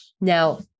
Now